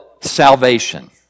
salvation